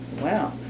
Wow